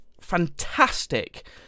fantastic